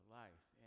life